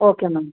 okay ma'am